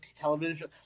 television